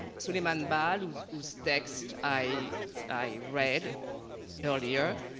sulaiman ball whose whose text i i read earlier,